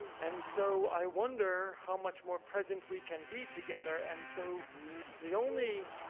and so i wonder how much more present we can be together. and so the only